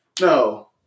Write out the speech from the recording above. No